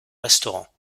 restaurant